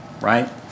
right